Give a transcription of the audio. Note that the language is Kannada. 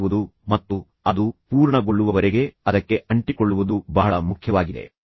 ಆದ್ದರಿಂದ ನೀವು ಈ ಸುವರ್ಣ ನಿಯಮವನ್ನು ನಿಮ್ಮ ಮನಸ್ಸಿನಲ್ಲಿಟ್ಟುಕೊಳ್ಳಿ ಎಂದು ನಾನು ಹೇಳಿದ್ದೆ ನೀವು ಕೆಲಸವನ್ನು ಪ್ರಾರಂಭಿಸಿದರೆ ಅದನ್ನು ಮುಗಿಸಿಬಿಡಿ